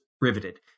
riveted